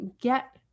get